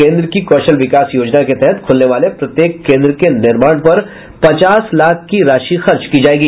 केंद्र की कौशल विकास योजना के तहत खुलने वाले प्रत्येक केंद्र के निर्माण पर पचास लाख की राशि खर्च की जायेगी